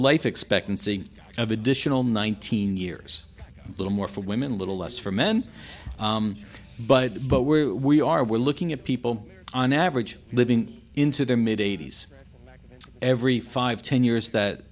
life expectancy of additional nineteen years little more for women a little less for men but but where we are we're looking at people on average living into their mid eighty's every five ten years that